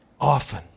Often